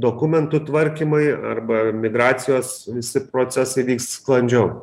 dokumentų tvarkymai arba migracijos visi procesai vyks sklandžiau